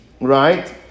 right